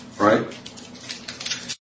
Right